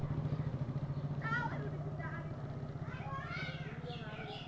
Finance এ কিনা মোবাইলের বিল কেমন করে দিবো?